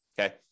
Okay